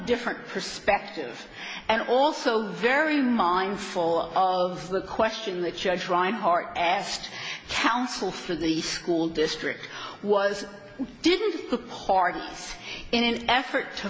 different perspective and also very mindful of the question that judge reinhart asked counsel for the school district was didn't took part in an effort to